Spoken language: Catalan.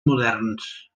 moderns